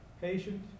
Patient